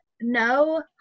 no